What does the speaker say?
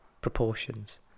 proportions